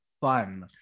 fun